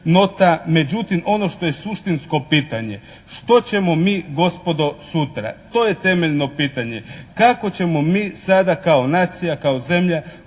nota međutim, ono što je suštinsko pitanje, što ćemo mi gospodo, sutra? To je temeljno pitanje. Kako ćemo mi sada kao nacija, kao zemlja